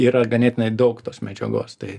yra ganėtinai daug tos medžiagos tai